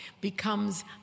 becomes